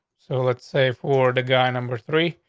so let's say for the guy number three,